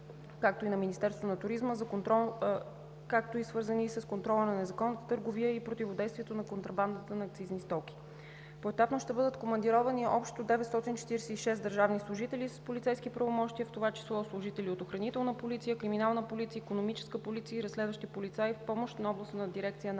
както и на Министерството на туризма, за контрол над незаконната търговия и противодействието на контрабандата на акцизни стоки. Поетапно ще бъдат командировани общо 946 държавни служители с полицейски правомощия, в това число служители от „Охранителна полиция“, „Криминална полиция“, „Икономическа полиция“ и разследващи полицаи в помощ на Областната дирекция на